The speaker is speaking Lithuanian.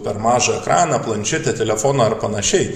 per mažą ekraną planšetę telefoną ar panašiai